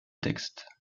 textes